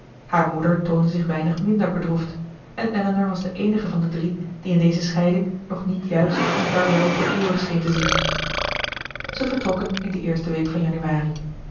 haar moeder toonde zich weinig minder bedroefd en elinor was de eenige van de drie die in deze scheiding nog niet juist een vaarwel voor eeuwig scheen te zien zij vertrokken in de eerste week van januari